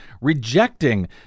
rejecting